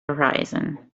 horizon